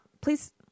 please